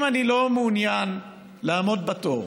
אם אני לא מעוניין לעמוד בתור,